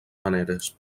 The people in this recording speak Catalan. maneres